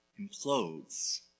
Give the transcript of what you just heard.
implodes